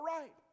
right